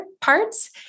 parts